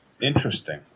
Interesting